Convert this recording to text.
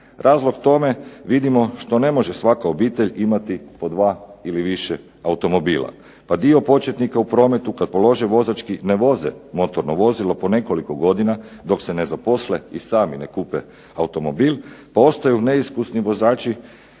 Razlog tome vidimo što ne može svaka obitelj imati po dva ili više automobila. A dio početnika u prometu kad polože vozački ne voze motorno vozilo po nekoliko godina dok se ne zaposle i sami ne kupe automobil, pa ostaju neiskusni vozači